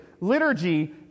Liturgy